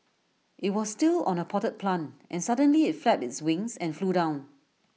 IT was still on A potted plant and suddenly IT flapped its wings and flew down